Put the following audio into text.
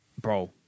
Bro